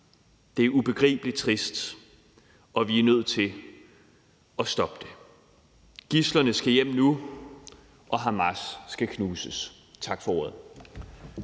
Det er ubegribelig trist, og vi er nødt til at stoppe det. Gidslerne skal hjem nu, og Hamas skal knuses. Tak for ordet.